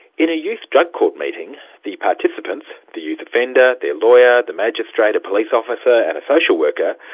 in a youth drug court meeting the participants, the youth offender, their lawyer, the magistrate, a police officer and a social worker,